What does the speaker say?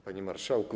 Panie Marszałku!